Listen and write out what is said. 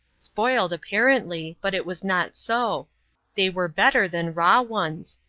spoiled apparently but it was not so they were better than raw ones.